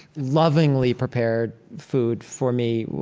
lovingly prepared food for me.